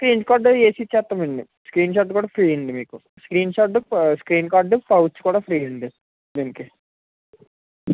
screen guard అవి వేసిచ్చేస్తామండి screen shot కూడా ఫ్రీ అండి మీకు screen shot screen guard pouch కూడా ఫ్రీ అండి దీనికి